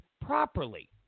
properly